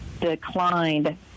declined